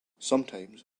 sometimes